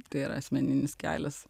tai yra asmeninis kelias